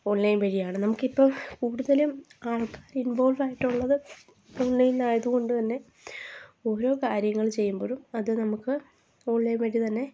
online വഴി ആണ് നമുക്കിപ്പം കൂടുതലും ആൾക്കാർ ഇൻവോൾവ് ആയിട്ടുള്ളത് ഓൺലൈൻ ആയതുകൊണ്ട് തന്നെ ഓരോ കാര്യങ്ങൾ ചെയ്യുമ്പൊഴും അത് നമുക്ക് ഓൺലൈൻ വഴി തന്നെ